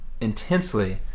Intensely